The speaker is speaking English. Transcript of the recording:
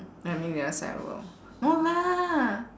I mean the other side of the world no lah